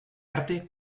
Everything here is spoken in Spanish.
arte